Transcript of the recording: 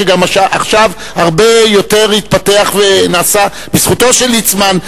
שעכשיו גם התפתח הרבה יותר בזכותו של ליצמן,